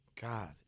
God